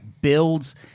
builds